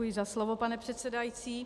Děkuji za slovo, pane předsedající.